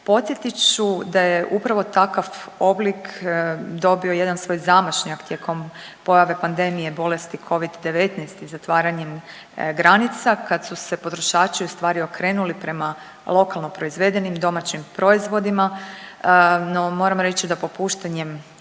Podsjetit ću da je upravo takav oblik dobio jedan svoj zamašnjak tijekom pojave pandemije bolesti Covid-19 i zatvaranjem granica kad su se potrošači u stvari okrenuli prema lokalno proizvedenim domaćim proizvodima. No, moram reći da popuštanjem